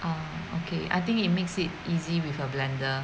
oh okay I think it makes it easy with a blender